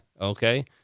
Okay